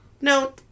no